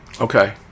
Okay